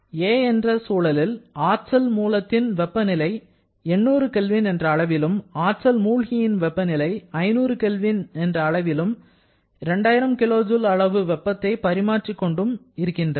'a' என்ற சூழலில் ஆற்றல் மூலத்தின் வெப்பநிலை 800 K என்ற அளவிலும் ஆற்றல் மூழ்கியின் வெப்பநிலை 500 K என்ற அளவிலும் 2000 kJ அளவு வெப்பத்தை பரிமாறிக் கொண்டும் இருக்கின்றன